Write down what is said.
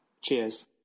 Cheers